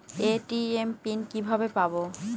ATM PIN কিভাবে পাবো?